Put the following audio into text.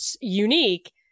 unique